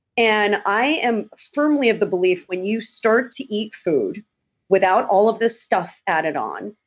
and i am firmly of the belief when you start to eat food without all of the stuff added on,